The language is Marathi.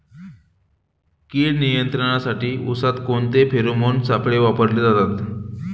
कीड नियंत्रणासाठी उसात कोणते फेरोमोन सापळे वापरले जातात?